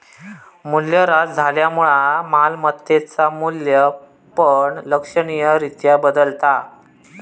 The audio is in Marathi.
मूल्यह्रास झाल्यामुळा मालमत्तेचा मू्ल्य पण लक्षणीय रित्या बदलता